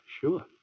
Sure